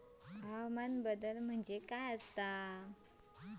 हवामान बदल म्हणजे काय आसा?